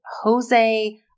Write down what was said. Jose